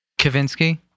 Kavinsky